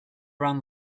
around